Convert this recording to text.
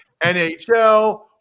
NHL